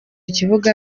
kibuga